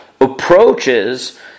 approaches